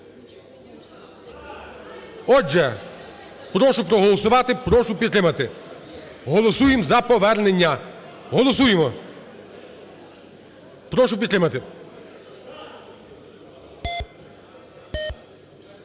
Отже, прошу проголосувати, прошу підтримати. Голосуємо за повернення. Голосуємо. Прошу підтримати.